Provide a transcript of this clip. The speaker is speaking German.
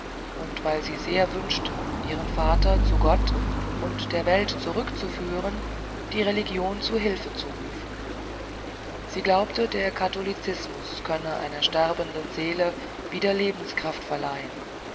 und weil sie sehr wünschte ihren vater zu gott und der welt zurück zu führen die religion zu hilfe zu rufen sie glaubte der katholicismus könne einer sterbenden seele wieder lebenskraft verleihen